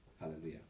Hallelujah